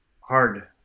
hard